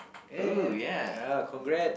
ya ya ya congrats